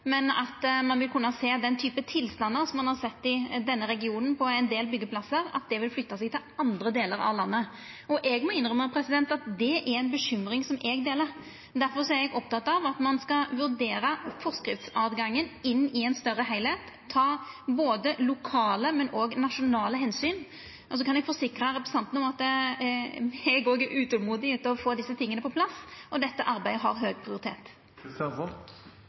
men at ein vil kunna sjå at den typen tilstandar som ein har sett i denne regionen på ein del byggjeplassar, vil flytta seg til andre delar av landet. Eg må innrømma at det er ei bekymring som eg deler. Difor er eg oppteken av at ein skal vurdera forskriftsåtgangen inn ein større heilskap, ta både lokale og nasjonale omsyn. Så kan eg forsikra representanten om at eg òg er utolmodig etter å få desse tinga på plass, og dette arbeidet har høg prioritet.